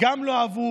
חלק גם לא אהבו,